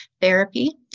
therapy